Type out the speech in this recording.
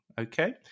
Okay